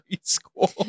school